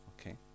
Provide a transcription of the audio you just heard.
okay